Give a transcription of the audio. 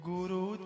Guru